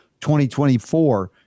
2024